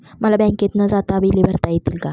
मला बँकेत न जाता बिले भरता येतील का?